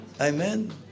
Amen